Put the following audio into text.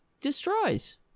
destroys